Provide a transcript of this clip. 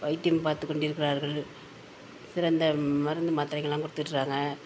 வைத்தியம் பார்த்து கொண்டிருக்கிறார்கள் சிறந்த மருந்து மாத்திரைகள்லாம் கொடுத்துட்ருக்காங்க